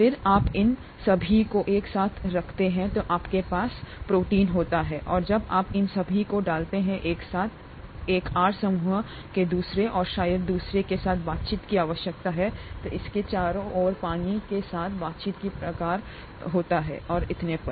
फिर जब आप इन सभी को एक साथ रखते हैं तो आपके पास प्रोटीन होता है और जब आप इन सभी को डालते हैं साथ में एक आर समूह के दूसरे और शायद दूसरे के साथ बातचीत की आवश्यकता है इसके चारों ओर पानी के साथ बातचीत के प्रकार और इतने पर